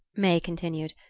may continued,